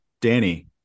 Danny